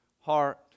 heart